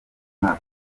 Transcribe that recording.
umwaka